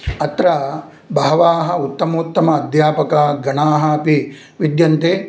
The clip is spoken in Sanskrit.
अत्र बहवः उत्तमोत्तम अध्यापकाः गणाः अपि विद्यन्ते